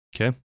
Okay